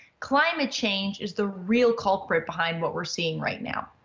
climate change is the real culprit behind what we're seeing right now.